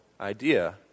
idea